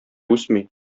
үсми